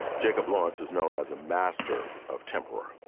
jacob lawrence is known as a master of temperature,